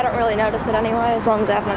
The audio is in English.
really notice it anyway, as long